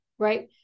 Right